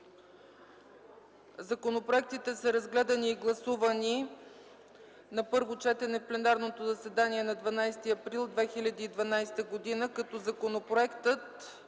Законопроектите са разгледани и гласувани на първо четене в пленарното заседание на 12 април 2012 г. Законопроектът